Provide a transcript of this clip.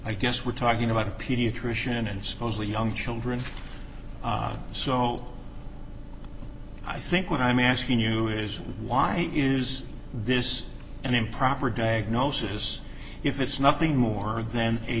i guess we're talking about a pediatrician and supposedly young children so i think what i'm asking you is why is this an improper diagnosis if it's nothing more then a